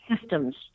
systems